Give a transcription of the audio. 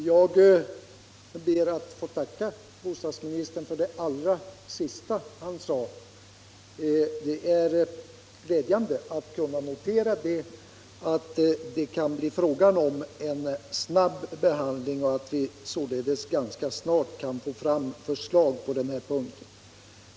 Herr talman! Jag ber att få tacka bostadsministern för det allra sista yttrandet. Det är glädjande att notera att det kan bli fråga om en snabb behandling och att vi således ganska snart kan få fram förslag på denna punkt.